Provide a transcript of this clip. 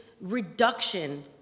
reduction